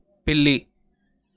పిల్లి